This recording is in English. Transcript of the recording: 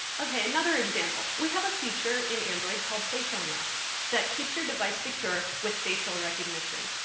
ok, another example. we have a feature in android called face ah unlock that keeps your device secure with facial recognition.